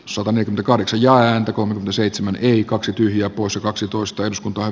sopanen kahdeksan ja ääntä kun seitsemän yli kaksi tyhjää poissa kaksitoista eduskuntaan